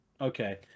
okay